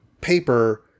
paper